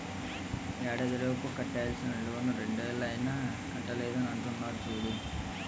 ఏడాదిలోపు కట్టేయాల్సిన లోన్ రెండేళ్ళు అయినా కట్టలేదని అంటున్నారు చూడు